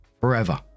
forever